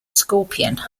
scorpion